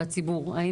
רבה.